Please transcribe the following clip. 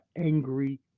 angry